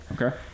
Okay